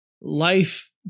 life